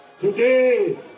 Today